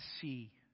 see